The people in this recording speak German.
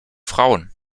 frauen